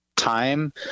time